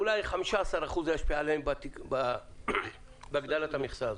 אולי 15% ישפיע עליהם בהגדלת המכסה הזו.